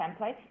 template